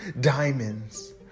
diamonds